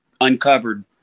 uncovered